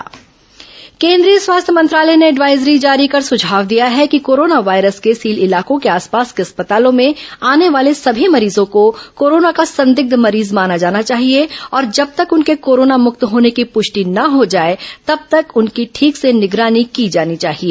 corona स्वास्थ्य मंत्रालय advisory केंद्रीय स्वास्थ्य मंत्रालय ने एडवाइजरी जारी कर सुझाव दिया है कि कोरोना वायरस के सील इलाकों के आसपास के अस्पतालों में आने वाले सभी मरीजों को कोर्राना का संदिग्ध मरीज माना जाना चाहिए और जब तक उनके कोरोना मुक्त होने की पुष्टि न हो जाए तब तक उनकी ठीक से निगरानी की जानी चाहिए